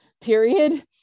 period